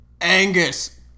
Angus